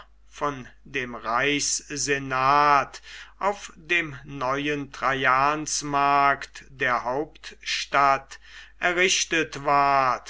von dem reichssenat auf dem neuen traiansmarkt der hauptstadt errichtet ward